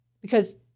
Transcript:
because-